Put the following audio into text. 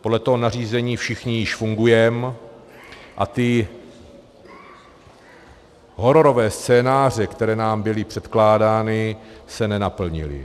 Podle toho nařízení všichni již fungujeme a ty hororové scénáře, které nám byly předkládány, se nenaplnily.